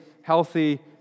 healthy